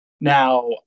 Now